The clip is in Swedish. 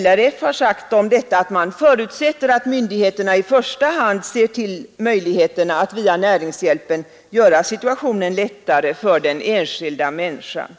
LRF har sagt om detta att man förutsätter att myndigheterna i första hand ser till möjligheterna att via näringshjälpen göra situationen lättare för den enskilda människan.